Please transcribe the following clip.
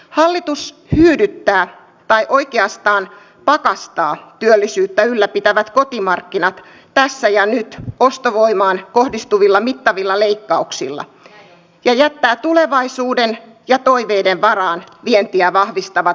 hallitus hyydyttää tai oikeastaan pakastaa työllisyyttä ylläpitävät kotimarkkinat tässä ja nyt ostovoimaan kohdistuvilla mittavilla leikkauksilla ja jättää tulevaisuuden ja toiveiden varaan vientiä vahvistavat työllisyystoimet